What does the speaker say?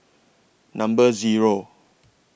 Number Zero